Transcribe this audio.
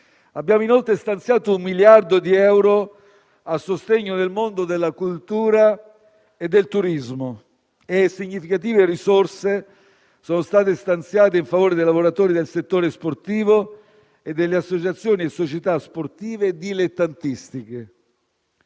Abbiamo inoltre stanziato un miliardo di euro a sostegno del mondo della cultura e del turismo, mentre significative risorse sono state stanziate in favore dei lavoratori del settore sportivo e delle associazioni e società sportive dilettantistiche.